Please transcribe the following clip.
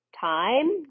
time